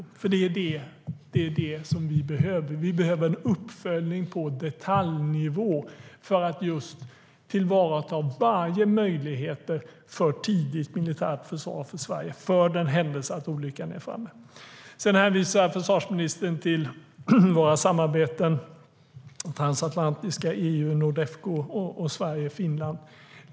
Det är det vi behöver. Vi behöver en uppföljning på detaljnivå för att just tillvarata varje möjlighet till tidigt militärt försvar av Sverige, för den händelse att olyckan är framme. Sedan hänvisar försvarsministern till våra samarbeten - transatlantiska, EU, Nordefco, Sverige-Finland.